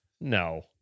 No